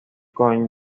con